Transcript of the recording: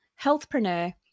healthpreneur